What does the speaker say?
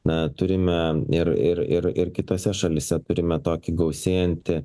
na turime ir ir ir ir kitose šalyse turime tokį gausėjanti